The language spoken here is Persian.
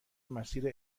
مسیر